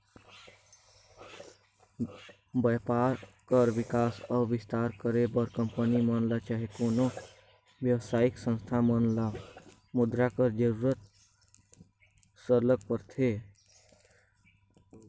बयपार कर बिकास अउ बिस्तार करे बर कंपनी मन ल चहे कोनो बेवसायिक संस्था मन ल मुद्रा कर जरूरत सरलग परथे